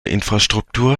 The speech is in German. infrastruktur